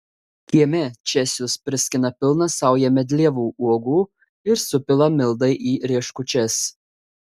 kieme česius priskina pilną saują medlievų uogų ir supila mildai į rieškučias